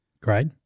great